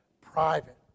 private